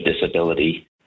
disability